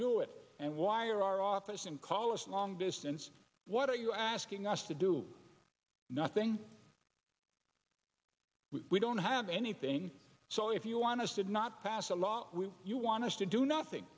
do it and why are our office and call us long distance what are you asking us to do nothing we don't have anything so if you want to sit not pass a law when you want to do nothing